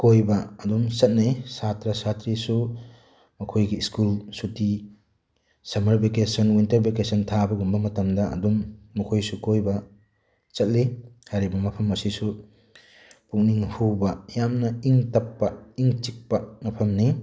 ꯀꯣꯏꯕ ꯑꯗꯨꯝ ꯆꯠꯅꯩ ꯁꯥꯇ꯭ꯔꯥ ꯁꯥꯇ꯭ꯔꯤꯁꯨ ꯃꯈꯣꯏꯒꯤ ꯁ꯭ꯀꯨꯜ ꯁꯨꯇꯤ ꯁꯝꯃꯔ ꯚꯦꯀꯦꯁꯟ ꯋꯤꯟꯇꯔ ꯚꯦꯀꯦꯁꯟ ꯊꯥꯕꯒꯨꯝꯕ ꯃꯇꯝꯗ ꯑꯗꯨꯝ ꯃꯈꯣꯏꯁꯨ ꯀꯣꯏꯕ ꯆꯠꯂꯤ ꯍꯥꯏꯔꯤꯕ ꯃꯐꯝ ꯑꯁꯤꯁꯨ ꯄꯨꯛꯅꯤꯡ ꯍꯨꯕ ꯌꯥꯝꯅ ꯏꯪ ꯇꯞꯄ ꯏꯪ ꯆꯤꯡꯄ ꯃꯐꯝꯅꯤ